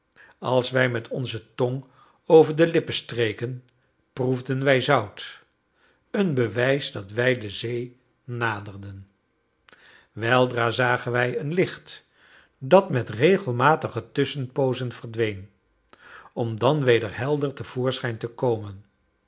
als wij met onze tong over de lippen streken proefden wij zout een bewijs dat wij de zee naderden weldra zagen wij een licht dat met regelmatige tusschenpoozen verdween om dan weder helder te voorschijn te komen